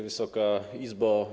Wysoka Izbo!